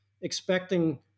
expecting